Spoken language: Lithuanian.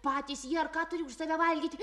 patys jie ar ką turi už save valgyti